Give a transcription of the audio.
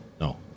No